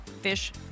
fish